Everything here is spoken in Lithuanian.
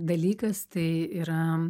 dalykas tai yra